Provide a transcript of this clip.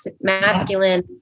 masculine